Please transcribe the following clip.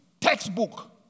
textbook